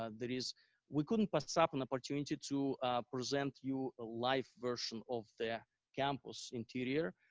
ah there is we couldn't pass up an opportunity to present you a life version of their campus interior.